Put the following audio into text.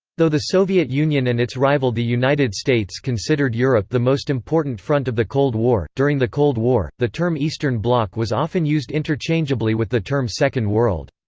though the soviet union and its rival the united states considered europe the most important front of the cold war, during the cold war, the term eastern bloc was often used interchangeably with the term second world.